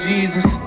Jesus